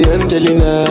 Angelina